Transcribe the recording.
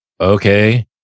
okay